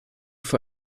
für